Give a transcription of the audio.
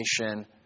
nation